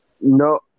No